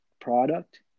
product